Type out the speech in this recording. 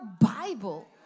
Bible